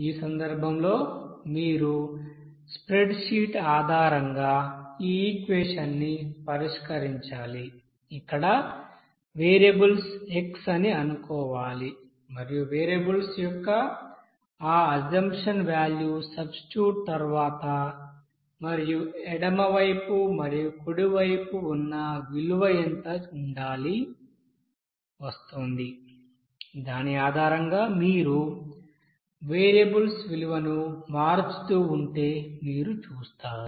ఈ సందర్భంలో మీరు స్ప్రెడ్షీట్ ఆధారంగా ఈ ఈక్వెషన్ ని పరిష్కరించాలి ఇక్కడ వేరియబుల్స్ x అని అనుకోవాలి మరియు వేరియబుల్స్ యొక్క ఆ అజంప్షన్ వాల్యూ సబ్స్టిట్యూట్ తర్వాత మరియు ఎడమ వైపు మరియు కుడివైపు ఉన్న విలువ ఎంత ఉండాలి వస్తోంది దాని ఆధారంగా మీరు వేరియబుల్స్ విలువను మార్చుతూ ఉంటే మీరు చూస్తారు